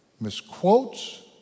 Misquotes